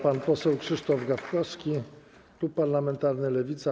Pan poseł Krzysztof Gawkowski, klub parlamentarny Lewica.